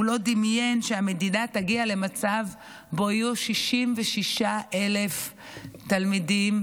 הוא לא דמיין שהמדינה תגיע למצב שבו יהיו 66,000 תלמידים,